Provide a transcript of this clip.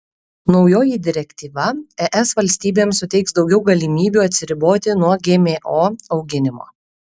naujoji direktyva es valstybėms suteiks daugiau galimybių atsiriboti nuo gmo auginimo